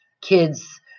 kids